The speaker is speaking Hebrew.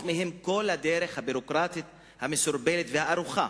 מהם את כל הדרך הביורוקרטית המסורבלת והארוכה.